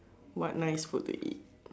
what nice food to eat